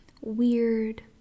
weird